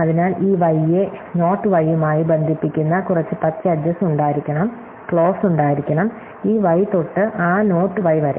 അതിനാൽ ഈ y യെ നോട്ട് y യുമായി ബന്ധിപ്പിക്കുന്ന കുറച്ച് പച്ച എട്ജെസ് ഉണ്ടായിരിക്കണം ക്ലോസ് ഉണ്ടായിരിക്കണം ഈ y തൊട്ടു ആ നോട്ട് y വരെ